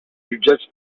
jutjats